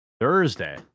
Thursday